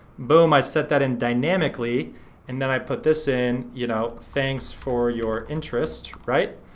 boom, i set that in dynamically and then i put this in, you know thanks for your interest, right?